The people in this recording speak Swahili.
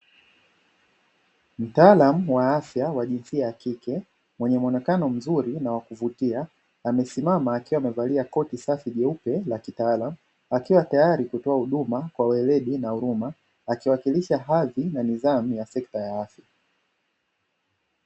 Mtaalamu wa afya mwenye jinsia ya kike mwenye muonekano mzuri na wakuvutia, amesimama akiwa amevalia koti safi jeupe la kitaalamu akiwa yayari kutoa huduma kwa weledi na huruma akiwakilisha hadhi na nidhamu ya sekta ya afya.